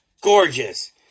gorgeous